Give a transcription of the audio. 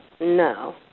no